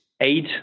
eight